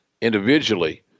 individually